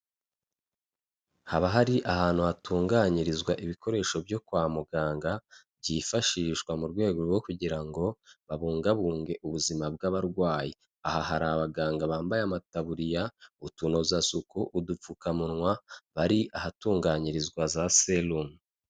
Haba hari ahantu hatunganyirizwa ibikoresho byo kwa muganga byifashishwa mu rwego rwo kugira ngo babungabunge ubuzima bw'abarwayi. Aha hari abaganga bambaye amataburiya, utunozasuku, udupfukamunwa bari ahatunganyirizwa za serumu.